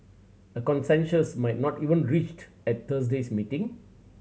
a consensus might not even reached at Thursday's meeting